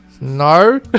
no